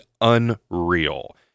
unreal